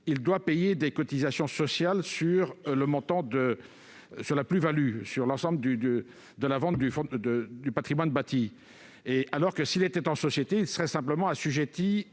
en effet payer des cotisations sociales sur la plus-value lors de la vente du patrimoine bâti professionnel. S'il était en société, il serait simplement assujetti